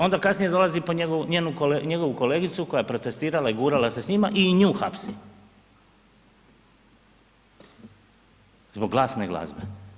Onda kasnije dolazi po njegovu kolegicu koja je protestirala i gurala se s njima i nju hapsi, zbog glasne glazbe.